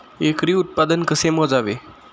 एकरी उत्पादन कसे मोजावे?